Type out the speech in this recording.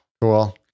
Cool